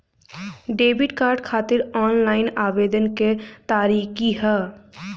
Debit card खातिर online आवेदन के का तरीकि ह?